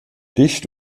dicht